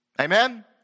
Amen